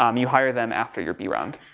um you hire them after your b round.